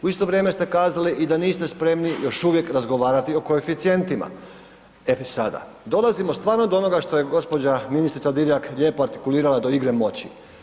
U isto vrijeme ste kazali i da niste spremni još uvijek razgovarati o koeficijentima, e pa sada dolazimo stvarno do onoga što je gospođa ministrica Divjak lijepo artikulirala do igre moći.